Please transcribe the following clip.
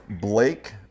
Blake